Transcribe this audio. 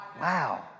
Wow